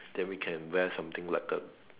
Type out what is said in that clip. then we can wear something like a